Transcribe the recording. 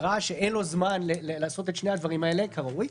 וראה שאין לו זמן לעשות את שני הדברים האלה כראוי,